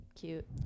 Cute